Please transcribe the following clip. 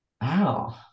Wow